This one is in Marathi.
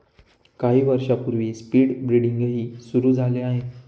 काही वर्षांपूर्वी स्पीड ब्रीडिंगही सुरू झाले आहे